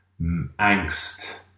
angst